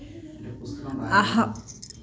अहं